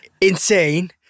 insane